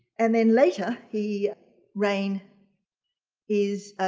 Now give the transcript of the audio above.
and then later he raine is